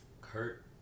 Kurt